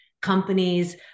companies